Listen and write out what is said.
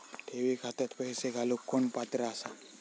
ठेवी खात्यात पैसे घालूक कोण पात्र आसा?